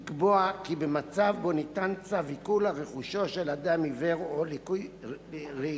לקבוע כי במצב שבו ניתן צו עיקול על רכושו של אדם עיוור או לקוי ראייה,